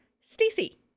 Stacey